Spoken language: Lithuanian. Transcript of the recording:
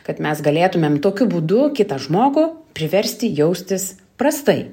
kad mes galėtumėm tokiu būdu kitą žmogų priversti jaustis prastai